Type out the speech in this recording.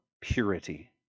purity